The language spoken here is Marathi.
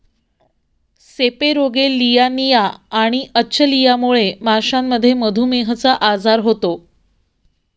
सेपेरोगेलियानिया आणि अचलियामुळे माशांमध्ये मधुमेहचा आजार होतो